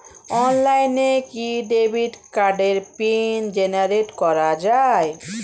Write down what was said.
অনলাইনে কি ডেবিট কার্ডের পিন জেনারেট করা যায়?